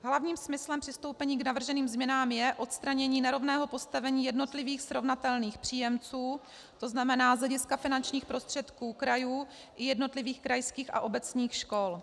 Hlavním smyslem přistoupení k navrženým změnám je odstranění nerovného postavení jednotlivých srovnatelných příjemců, to znamená z hlediska finančních prostředků krajů i jednotlivých krajských a obecních škol.